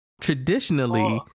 traditionally